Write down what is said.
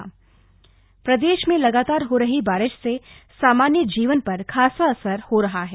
मौसम प्रदेश में लगातार हो रही बारिश से सामान्य जीवन पर खासा असर हो रहा है